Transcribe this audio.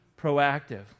proactive